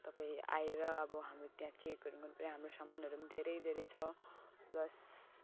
तपाईँ आएर अब हामी त्यहाँ चेकहरू गर्नुपऱ्यो हाम्रो सामानहरू पनि धेरै धेरै छ प्लस